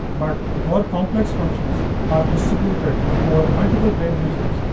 but more complex functions are distributed over multiple brain regions,